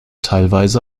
teilweise